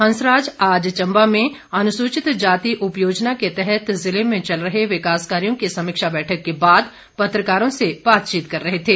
हंसराज आज चंबा में अनुसूचितजाति उपयोजना के तहत जिले में चल रहे विकास कार्यों की समीक्षा बैठक के बाद पत्रकारों से बातचीत कर रहे थे